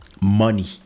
money